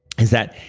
is that,